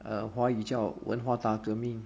err 华语叫做文化大革命